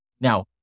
Now